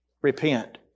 Repent